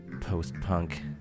post-punk